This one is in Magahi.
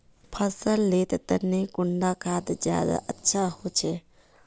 फसल लेर तने कुंडा खाद ज्यादा अच्छा होचे?